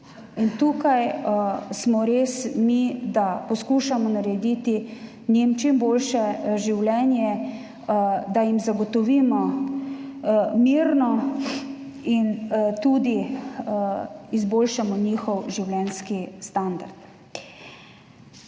tukaj smo res mi, da poskušamo narediti njim čim boljše življenje, da jim zagotovimo mirnost in tudi izboljšamo njihov življenjski standard.